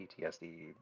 PTSD